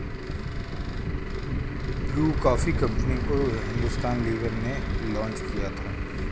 Bru coffee company को Hindustan lever ने launch किया था